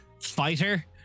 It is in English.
fighter